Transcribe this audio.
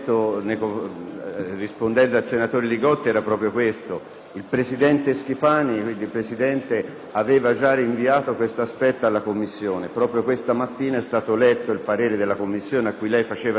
rispondendo al senatore Li Gotti, era proprio questo. Il presidente Schifani aveva già rinviato tale aspetto alla Commissione e proprio questa mattina è stato letto il parere della Commissione, a cui lei faceva riferimento,